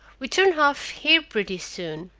we turn off here pretty soon.